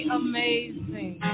amazing